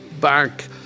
back